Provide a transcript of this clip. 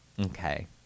Okay